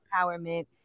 empowerment